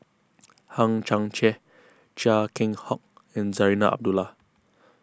Hang Chang Chieh Chia Keng Hock and Zarinah Abdullah